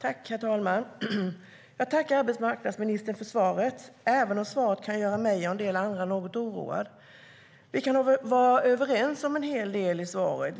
Herr talman! Jag tackar arbetsmarknadsministern för svaret, även om svaret kan göra mig och en del andra något oroade. Vi kan vara överens om en hel del i svaret.